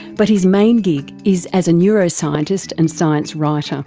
but his main gig is as a neuroscientist and science writer.